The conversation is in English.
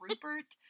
Rupert